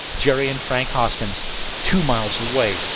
jerry and frank hoskins two miles away,